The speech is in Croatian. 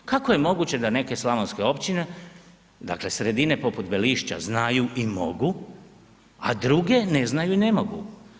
Kako je moguće da neke slavonske općine, dakle sredine poput Belišća znaju i mogu a druge ne znaju i ne mogu?